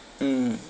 mm